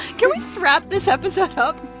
can we wrap this up as a hook?